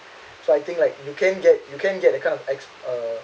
so I think like you can get you can get a kind of exp~ uh